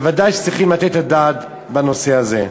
בוודאי צריכים לתת את הדעת בנושא הזה.